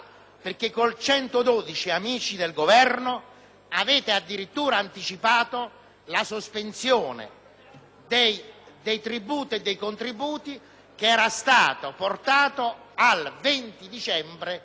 dei tributi e dei contributi, che era stata portata al 20 dicembre 2008. Avevamo tutto il tempo per legiferare in materia. Oggi invece non c'è più tempo;